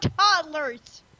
toddlers